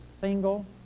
single